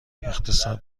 اقتصاد